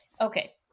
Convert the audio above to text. Okay